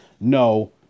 no